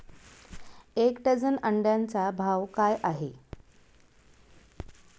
एक डझन अंड्यांचा भाव काय आहे?